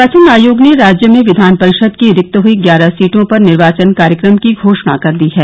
निर्वाचन आयोग ने राज्य में विधान परिषद की रिक्त हई ग्यारह सीटों पर निर्वाचन कार्यक्रम की घोषणा कर दी है